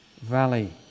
valley